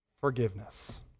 forgiveness